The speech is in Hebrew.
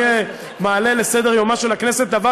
אני מעלה לסדר-יומה של הכנסת את הדבר